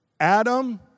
Adam